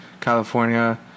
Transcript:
California